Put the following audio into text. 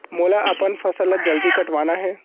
मोला अपन फसल ला जल्दी कटवाना हे?